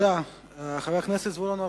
חבר הכנסת זבולון אורלב.